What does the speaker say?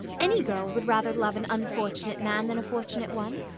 any girl would rather love an unfortunate man than a fortunate one,